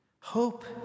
Hope